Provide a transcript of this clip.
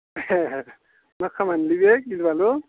मा खामानिलै बे गिलु बालु